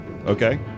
Okay